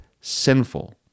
sinful